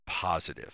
positive